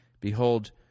Behold